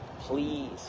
Please